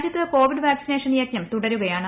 രാജ്യത്ത് Covid vaccination യജ്ഞം തുടരുകയാണ്